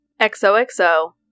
XOXO